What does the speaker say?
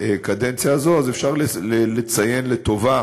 בקדנציה הזאת, אפשר לציין לטובה